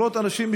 עשרות אנשים,